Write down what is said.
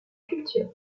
culture